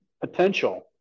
potential